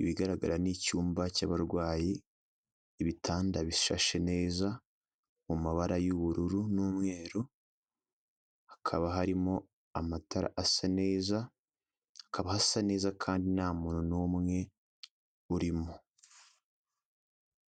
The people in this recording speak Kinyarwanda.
ibigaragara ni icyumba cy'abarwayi ibitanda bishashe neza mu mabara y'ubururu n'umweru hakaba harimo amatara asa nezakaba hasa neza kandi nta muntu n'umwe urimo.